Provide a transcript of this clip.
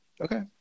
Okay